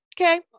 okay